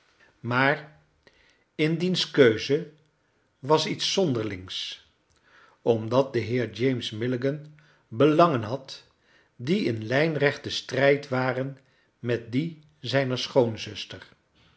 maar in diens keuze was iets zonderlings omdat de heer james milligan belangen had die in lijnrechten strijd waren met die zijner